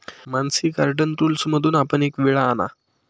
Mansi garden टूल्समधून आपण एक विळा आणा